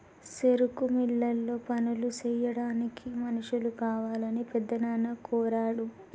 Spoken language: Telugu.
సెరుకు మిల్లులో పనులు సెయ్యాడానికి మనుషులు కావాలని పెద్దనాన్న కోరాడు